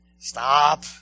Stop